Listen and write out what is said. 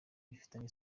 bifitanye